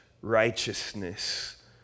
righteousness